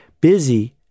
busy